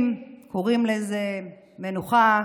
קוראים לזה מנוחה,